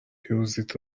پیروزیت